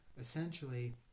Essentially